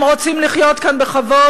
הם רוצים לחיות כאן בכבוד,